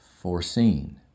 foreseen